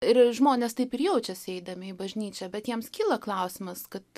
ir žmonės taip ir jaučiasi eidami į bažnyčią bet jiems kyla klausimas kad